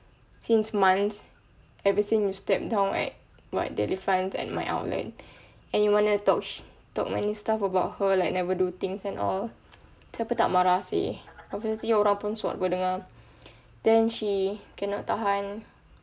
since months ever since you step down at what delifrance and my outlet and you wanna talk talk many stuff about her like never do things at all siapa tak marah seh obviously orang pun sot aku dengar then she cannot tahan